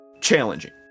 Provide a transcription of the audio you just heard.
Challenging